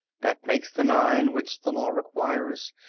that makes the nine which the law requires,